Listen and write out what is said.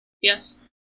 Yes